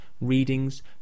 readings